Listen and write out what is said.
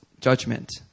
judgment